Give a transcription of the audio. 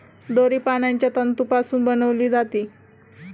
दोरी पानांच्या तंतूपासून बनविली जाते